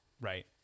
right